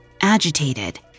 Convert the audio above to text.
Agitated